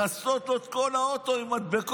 לכסות לו את כל האוטו עם מדבקות